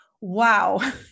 wow